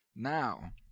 Now